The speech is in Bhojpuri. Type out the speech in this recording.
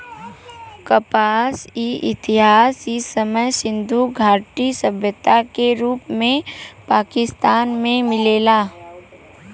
कपास क इतिहास इ समय सिंधु घाटी सभ्यता के रूप में पाकिस्तान में मिलेला